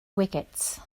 wickets